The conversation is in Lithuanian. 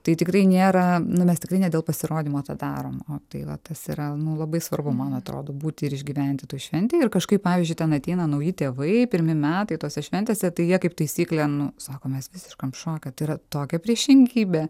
tai tikrai nėra nu mes tikrai ne dėl pasirodymo tą darom o tai va tas yra labai svarbu man atrodo būti ir išgyventi toj šventėj ir kažkaip pavyzdžiui ten ateina nauji tėvai pirmi metai tose šventėse tai jie kaip taisyklė nu sako mes visiškam šoke tai yra tokia priešingybė